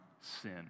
sin